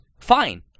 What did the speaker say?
Fine